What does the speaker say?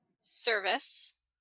service